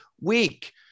week